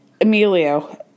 Emilio